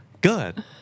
good